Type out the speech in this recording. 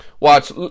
Watch